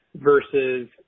versus